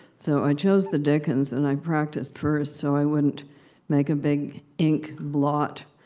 so, i chose the dickens', and i practiced first so i wouldn't make a big ink blot,